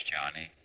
Johnny